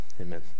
amen